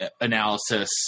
analysis